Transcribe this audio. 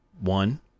one